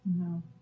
No